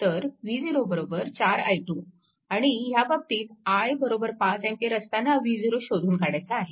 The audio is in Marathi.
तर v0 4 i2 आणि ह्याबाबतीत i 5A असताना v0 शोधून काढायचा आहे